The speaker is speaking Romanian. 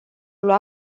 lua